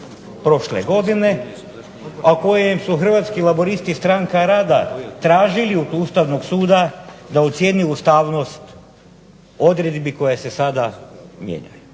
prošle godine, a u kojem su hrvatski laburisti stranka rada tražili od Ustavnog suda da ocijeni ustavnost odredbi koja se sada mijenja?